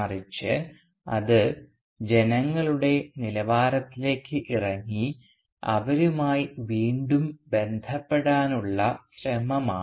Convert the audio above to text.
മറിച്ച് അത് ജനങ്ങളുടെ നിലവാരത്തിലേക്ക് ഇറങ്ങി അവരുമായി വീണ്ടും ബന്ധപ്പെടാനുള്ള ശ്രമമാണ്